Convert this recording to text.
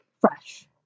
Fresh